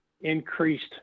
increased